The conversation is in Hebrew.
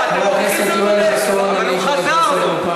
אתה נותן לו להגן על מי, על מי שהתנצל וחזר בו?